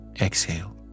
exhale